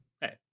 hey